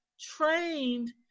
trained